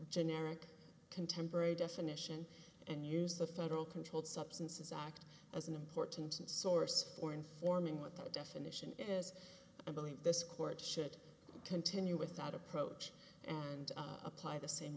generic contemporary definition and use the federal controlled substances act as an important source for informing what the definition is i believe this court should continue without approach and apply the same